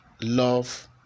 love